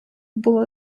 було